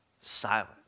silent